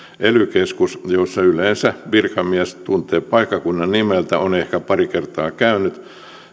ely keskus jossa yleensä virkamies tuntee paikkakunnan nimeltä on ehkä pari kertaa käynyt